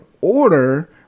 order